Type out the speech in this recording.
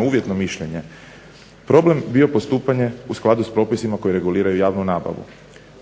uvjetno mišljenje problem bio postupanje u skladu s propisima koji reguliraju javnu nabavu.